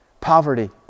poverty